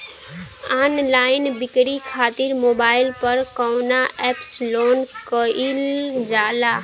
Online बिक्री खातिर mobile पर कवना एप्स लोन कईल जाला?